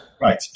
Right